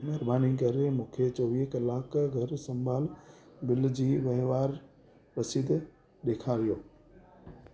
महिरबानी करे मूंखे चोवीह कलाक घरु संभाल बिल जी वहिंवार रसीद ॾेखारियो